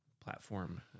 platform